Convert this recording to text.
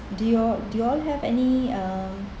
do you all do you all have any um